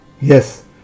Yes